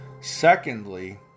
Secondly